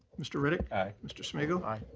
mr. riddick. aye. mr. smigiel. aye.